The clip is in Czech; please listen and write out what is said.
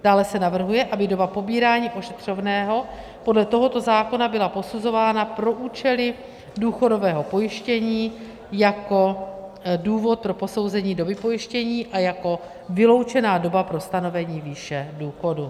Dále se navrhuje, aby doba pobírání ošetřovného podle tohoto zákona byla posuzována pro účely důchodového pojištění jako důvod pro posouzení doby pojištění a jako vyloučená doba pro stanovení výše důchodu.